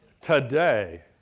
today